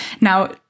now